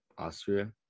Austria